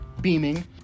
beaming